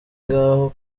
ngaho